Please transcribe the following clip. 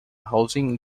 housing